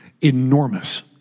enormous